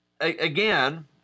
again